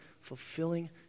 fulfilling